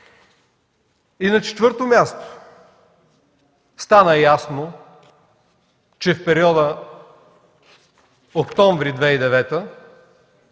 На четвърто място, стана ясно, че в периода от октомври 2009